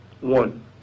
One